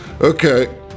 okay